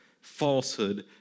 falsehood